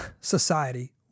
society